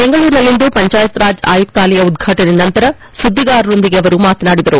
ಬೆಂಗಳೂರಿನಲ್ಲಿಂದು ಪಂಚಾಯತ್ರಾಜ್ ಅಯುಕ್ತಾಲಯ ಉದ್ವಾಟನೆಯ ನಂತರ ಸುದ್ದಿಗಾರರೊಂದಿಗೆ ಅವರು ಮಾತನಾಡಿದರು